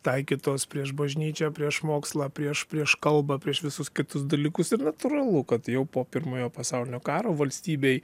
taikytos prieš bažnyčią prieš mokslą prieš prieš kalbą prieš visus kitus dalykus ir natūralu kad jau po pirmojo pasaulinio karo valstybei